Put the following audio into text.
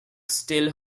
still